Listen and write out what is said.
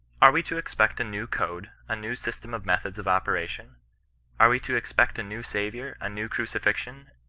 are we to expect a new code, a new system of methods of operation are we to expect a new saviour, a new crucifixion,